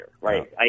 right